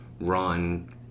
run